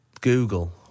Google